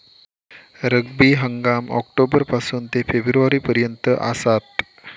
रब्बी हंगाम ऑक्टोबर पासून ते फेब्रुवारी पर्यंत आसात